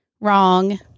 Wrong